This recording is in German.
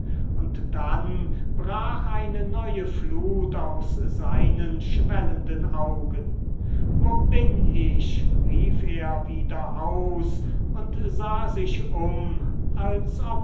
und dann brach eine neue flut aus seinen schwellenden augen wo bin ich rief er wiederum aus und sah sich um als